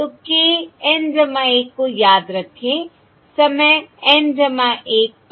तो k N 1 को याद रखें समय N 1 पर गेन'gain'